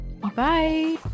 Bye